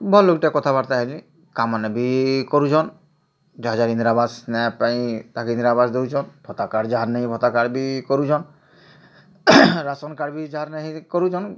ଭଲ୍ ଲୋକ୍ଟା କଥାବାର୍ତ୍ତା ହେଲି କାମନେବି କରୁସନ୍ ଯାହା ଯାହା ଇନ୍ଦୀରାଆବାସ୍ ନେଏ ପାଇଁ ଇନ୍ଦୀରାଆବାସ୍ ଦେଉସନ୍ ଭର୍ତ୍ତା କାର୍ଡ଼ ଯାହାର୍ ନାଇ ଯାହାର୍ ଭର୍ତ୍ତା କାର୍ଡ଼ ବି କରୁସନ୍ ରାସନ କାର୍ଡ଼ ଯାହର ନାଇନ ସେଟା କରୁସନ୍